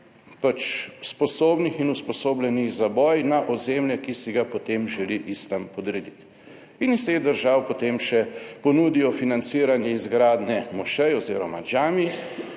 pač sposobnih in usposobljenih za boj na ozemlje, ki si ga potem želi islam podrediti. In iz teh držav potem še ponudijo financiranje izgradnje mošeje oz. džamije.